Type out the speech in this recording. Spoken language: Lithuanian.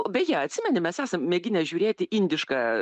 beje atsimeni mes esam mėginę žiūrėti indišką